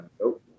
Nope